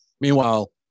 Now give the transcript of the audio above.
Meanwhile